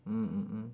mm mm mm